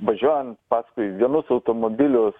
važiuojant paskui vienus automobilius